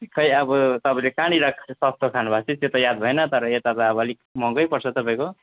खै अब तपाईँले कहाँनिर सस्तो खानुभएको थियो त्यो त याद भएन तर यता त अब अलिक महँगै पर्छ तपाईँको